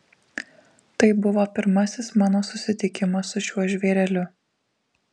tai buvo pirmasis mano susitikimas su šiuo žvėreliu